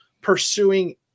pursuing